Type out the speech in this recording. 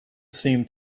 seemed